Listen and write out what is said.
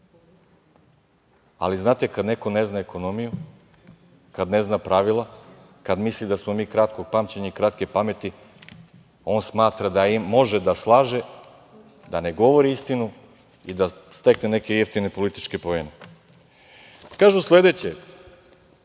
znate, kad neko ne zna ekonomiju, kad ne zna pravila, kad misli da smo mi kratkog pamćenja i kratke pameti, on smatra da može da slaže, da ne govori istinu i da stekne neke jeftine političke poene. Kažu sledeće,